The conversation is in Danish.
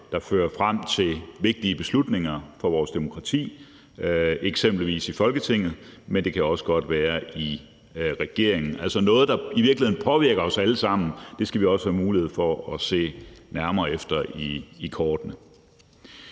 der fører frem til vigtige beslutninger for vores demokrati, eksempelvis i Folketinget, men det kan også godt være i regeringen. Der er altså tale om noget, der i virkeligheden påvirker os alle sammen, og det skal vi også have mulighed for at se nærmere efter i sømmene.